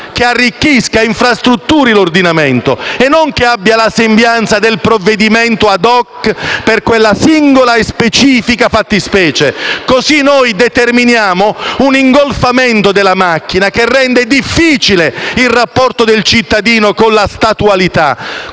che arricchisca e infrastrutturi l'ordinamento, e non che abbia la sembianza del provvedimento *ad hoc* per quella singola e specifica fattispecie. In questo modo determiniamo un ingolfamento della macchina che rende difficile il rapporto del cittadino con la statualità.